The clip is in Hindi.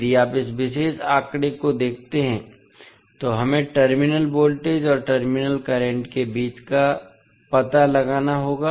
यदि आप इस विशेष आंकड़े को देखते हैं तो हमें टर्मिनल वोल्टेज और टर्मिनल करंट के बीच संबंध का पता लगाना होगा